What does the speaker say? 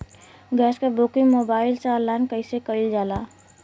Gas क booking mobile से online कईसे कईल जाला?